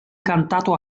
cantato